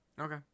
Okay